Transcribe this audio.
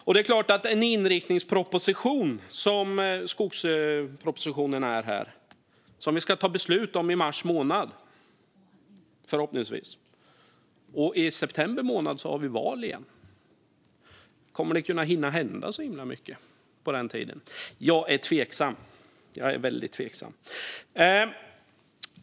Skogspropositionen är en inriktningsproposition som vi förhoppningsvis ska ta beslut om i mars. I september har vi val igen. Kommer det att kunna hända så mycket på den tiden? Jag är väldigt tveksam.